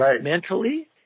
mentally